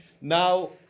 Now